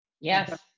Yes